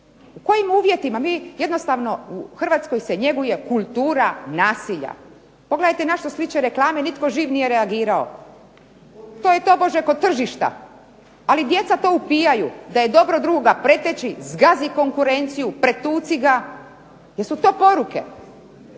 U kojim uvjetima, mi jednostavno u Hrvatskoj se njeguje kultura nasilja. Pogledajte na što sliče reklame, nitko živ nije reagirao, to je tobože kod tržišta, ali djeca to upijaju, da je dobro druga preteći, zgazi konkurenciju, pretuci ga, jesu to poruke.